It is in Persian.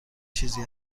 چیزی